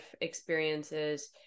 experiences